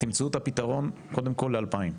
תמצאו את הפתרון, קודם כל ל-2,000.